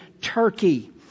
Turkey